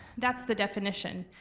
that's the definition.